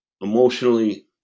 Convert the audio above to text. emotionally